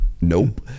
Nope